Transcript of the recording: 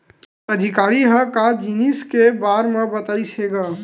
अधिकारी ह का जिनिस के बार म बतईस हे गा?